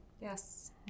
Yes